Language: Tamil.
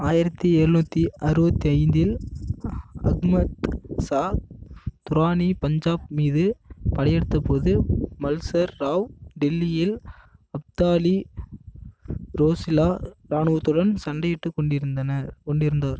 ஆயிரத்தி எழுநூத்தி அறுபத்தைந்தில் அஹ்மத் ஷா துரானி பஞ்சாப் மீது படையெடுத்தபோது மல்சர் ராவ் டெல்லியில் அப்தாலி ரோசில்லா ராணுவத்துடன் சண்டையிட்டுக் கொண்டிருந்தனர் கொண்டிருந்தார்